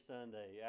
Sunday